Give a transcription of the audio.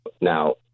Now